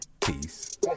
Peace